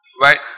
Right